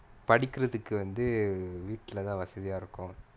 படிக்குறதுக்கு வந்து வீட்ல தான் வசதியா இருக்கு:padikurathukku vanthu veetla thaan vasathiyaa irukku